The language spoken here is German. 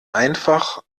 einfach